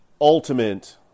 ultimate